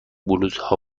بلوزها